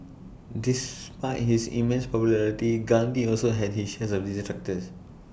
despite his immense popularity Gandhi also had his shares of detractors